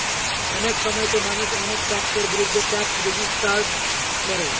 অনেক সময়তো মানুষ অনেক ট্যাক্সের বিরুদ্ধে ট্যাক্স রেজিস্ট্যান্স করে